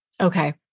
Okay